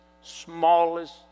smallest